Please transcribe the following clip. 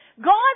god